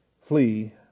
flee